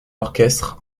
orchestre